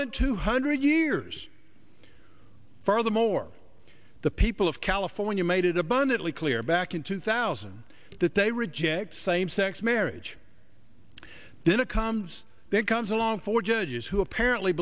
than two hundred years furthermore the people of california made it abundantly clear back in two thousand that they reject same sex marriage then it comes that comes along four judges who apparently